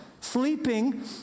sleeping